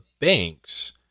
banks